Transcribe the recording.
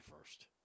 first